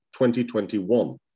2021